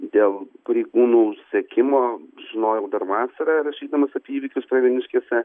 dėl pareigūnų sekimo žinojau dar vasarą rašydamas apie įvykius pravieniškėse